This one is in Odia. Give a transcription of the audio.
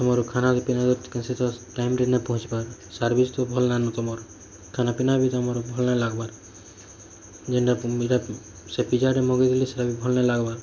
ତମର୍ ଖାନା ପିନା କିଛି ତ ଟାଇମ୍ରେ ନା ପହଞ୍ଚିବାର୍ ସର୍ଭିସ୍ ତ ଭଲ୍ ନାଇଁନ ତମର୍ ଖାନା ପିନା ବି ତମର୍ ଭଲ୍ ନାଇଁ ଲାଗ୍ବାର୍ ଯେନ୍ତା ସେ ପିଜାଟେ ମଗେଇଥିଲି ସେଟା ବି ଭଲ୍ ନାଇଁ ଲାଗ୍ବା